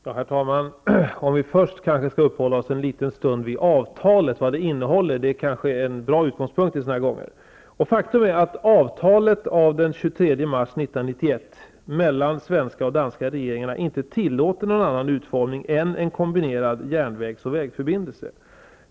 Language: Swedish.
Herr talman! Vi kanske först skall uppehållas oss en liten stund kring avtalet och vad det innehåller. Det kanske är en bra utgångspunkt vid sådana här tillfällen. Faktum är att avtalet av den 23 mars 1991 mellan den svenska regeringen och den danska regeringen inte tillåter någon annan utformning än en kombinerad järnvägs och vägförbindelse.